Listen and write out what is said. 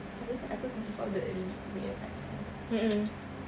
aku aku kena give out the elite punya vibes kan